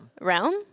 Realm